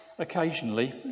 Occasionally